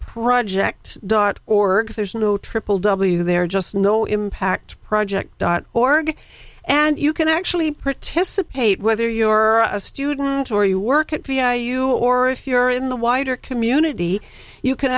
project dot org there's no triple w there just no impact project dot org and you can actually participate whether you're a student or you work at v a you or if you're in the wider community you can